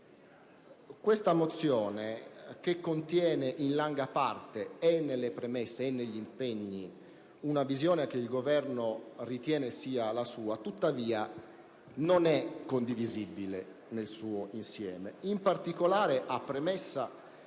Pinotti, che contiene in larga parte, e nelle premesse e negli impegni, una visione che il Governo ritiene essere propria, tuttavia non è condivisibile nel suo insieme e in particolare non